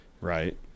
Right